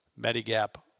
Medigap